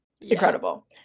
Incredible